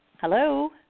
Hello